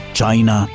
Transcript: China